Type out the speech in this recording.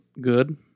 good